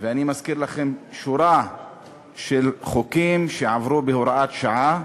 ואני מזכיר לכם שורה של חוקים שעברו בהוראת שעה.